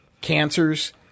cancers